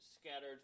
scattered